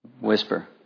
whisper